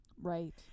Right